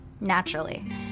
naturally